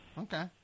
Okay